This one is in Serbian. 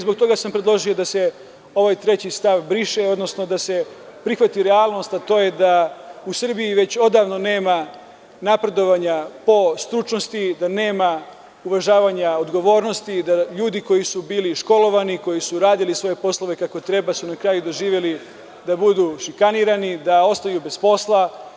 Zbog toga sam predložio da se ovaj treći stav briše, odnosno da se prihvati realnost, a to je da u Srbiji već odavno nema napredovanja po stručnosti, da nema uvažavanja odgovornosti i da ljudi koji su bili školovani, koji su radili svoje poslove kako treba, na kraju su doživeli da budu šikanirani, da ostaju bez posla.